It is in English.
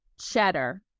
cheddar